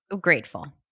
Grateful